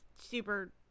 super